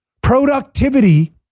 Productivity